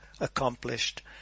accomplished